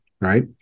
right